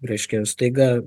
reiškia staiga